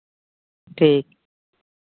ᱴᱷᱤᱠ